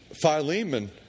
Philemon